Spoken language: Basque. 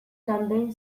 zauden